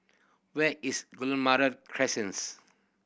where is Guillemard Crescent